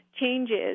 changes